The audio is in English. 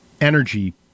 energy